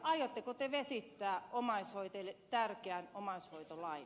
aiotteko te vesittää omaishoitajille tärkeän omaishoitolain